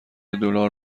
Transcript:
دلار